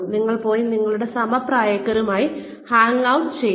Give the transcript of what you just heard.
നിങ്ങൾ പോയി നിങ്ങളുടെ സമപ്രായക്കാരുമായി ഹാംഗ്ഔട്ട് ചെയ്യുന്നു